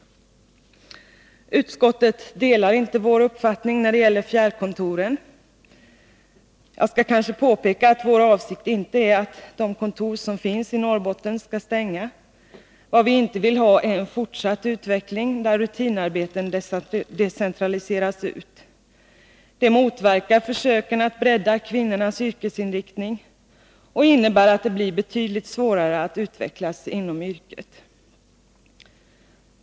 Utskottet delar inte vår uppfattning när det gäller fjärrkontoren. Jag skall kanske påpeka att vår avsikt inte är att de kontor som nu finns i Norrbotten skall stänga. Vad vi inte vill ha är en fortsatt utveckling där rutinarbeten decentraliseras. Det motverkar försöken att bredda kvinnornas yrkesinriktning och innebär att det blir betydligt svårare att utvecklas inom yrket.